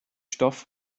stoff